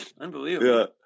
Unbelievable